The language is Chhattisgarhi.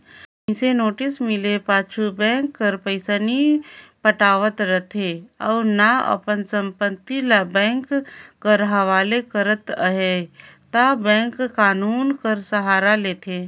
मइनसे नोटिस मिले पाछू बेंक कर पइसा नी पटावत रहें अउ ना अपन संपत्ति ल बेंक कर हवाले करत अहे ता बेंक कान्हून कर सहारा लेथे